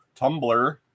Tumblr